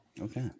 Okay